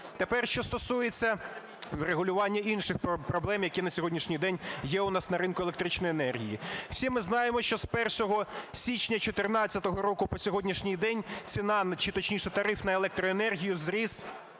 Тепер що стосується врегулювання інших проблем, які на сьогоднішній день є у нас на ринку електричної енергії. Всі ми знаємо, що з 1 січня 2014 року по сьогоднішній день ціна, точніше, тариф на електроенергію зріс